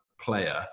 player